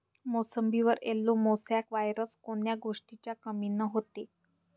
मोसंबीवर yellow mosaic virus कोन्या गोष्टीच्या कमीनं होते?